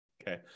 okay